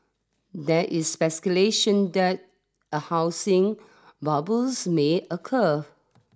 there is speculation that a housing bubbles may occur